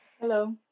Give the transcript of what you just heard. Hello